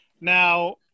now